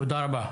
תודה רבה.